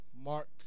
Mark